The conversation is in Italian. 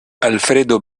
alfredo